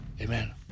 Amen